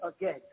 again